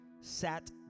sat